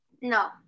No